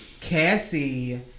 Cassie